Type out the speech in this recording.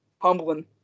humbling